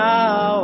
Now